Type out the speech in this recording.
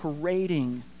parading